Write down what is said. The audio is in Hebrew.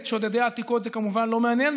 את שודדי העתיקות זה כמובן לא מעניין,